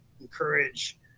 encourage